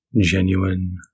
genuine